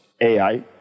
AI